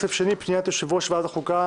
פניית יושב ראש ועדת החוקה,